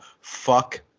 fuck